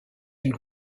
une